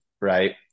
Right